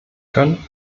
können